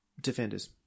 Defenders